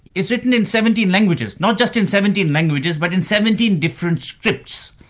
it's written in seventeen languages, not just in seventeen languages, but in seventeen different scripts.